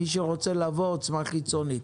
מי שרוצה לבוא עוצמה חיצונית.